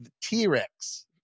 t-rex